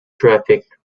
traffic